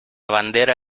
bandera